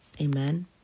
Amen